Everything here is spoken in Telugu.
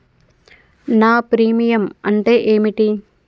నా ప్రీమియం అంటే ఏమిటి?